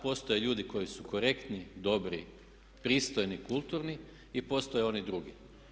Postoje ljudi koji su korektni, dobri, pristojni, kulturni i postoje oni drugi.